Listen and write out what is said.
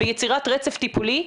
ביצירת רצף טיפולי,